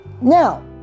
now